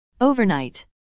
Overnight